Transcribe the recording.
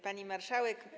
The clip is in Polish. Pani Marszałek!